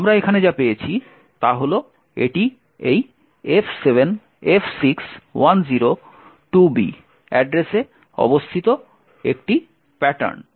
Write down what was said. আমরা এখানে যা পেয়েছি তা হল এটি এই F7F6102B অ্যাড্রেসে অবস্থিত একটি প্যাটার্ন